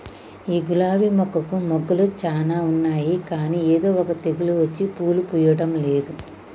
ఈ గులాబీ మొక్కకు మొగ్గలు చాల ఉన్నాయి కానీ ఏదో తెగులు వచ్చి పూలు పూయడంలేదు